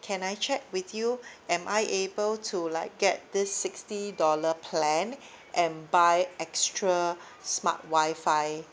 can I check with you am I able to like get this sixty dollar plan and buy extra smart Wi-Fi